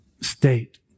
state